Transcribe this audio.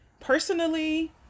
Personally